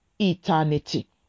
eternity